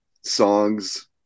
songs